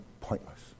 pointless